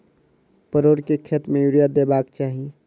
परोर केँ खेत मे यूरिया देबाक चही?